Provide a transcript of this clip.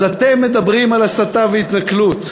אז אתם מדברים על הסתה והתנכלות.